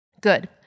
Good